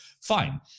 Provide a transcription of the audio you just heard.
fine